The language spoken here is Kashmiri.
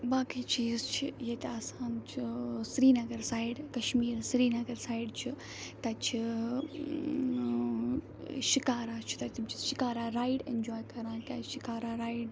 باقٕے چیٖز چھِ ییٚتہِ آسان چھُ سریٖنَگَر سایڈ کَشمیٖرَس سریٖنَگَر سایڈ چھُ تَتہِ چھِ شِکارا چھُ تَتہِ تِم چھِ شِکارا رایڈ ایٚنجواے کَران کیٛازِ شِکارا رایِڈ